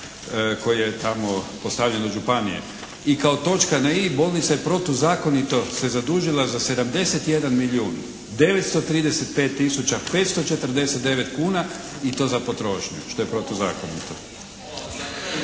koji je tamo postavljen od županije. I kao točka na i, bolnica je protuzakonito se zadužila za 71 milijun 935 tisuća 549 kuna i to za potrošnju što je protuzakonito.